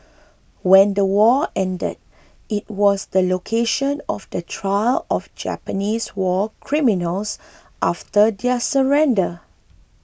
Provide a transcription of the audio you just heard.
when the war ended it was the location of the trial of Japanese war criminals after their surrender